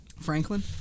Franklin